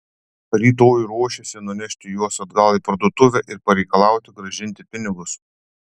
rytoj ruošėsi nunešti juos atgal į parduotuvę ir pareikalauti grąžinti pinigus